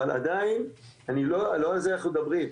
אבל עדיין לא על זה אנחנו מדברים,